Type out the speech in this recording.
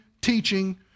teaching